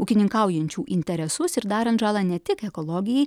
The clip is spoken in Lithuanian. ūkininkaujančių interesus ir darant žalą ne tik ekologijai